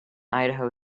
idaho